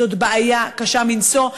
זו בעיה קשה מנשוא.